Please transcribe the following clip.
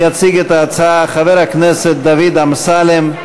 יציג את ההצעה חבר הכנסת דוד אמסלם,